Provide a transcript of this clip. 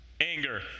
anger